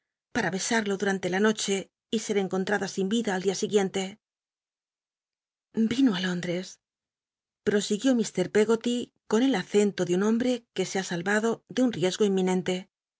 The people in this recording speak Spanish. para besarlo durante la noche y ser encontmda sin vida al dia siguiente y con el acento de un hombre que se ha salvado de un riesgo inminente